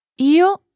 Io